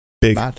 Big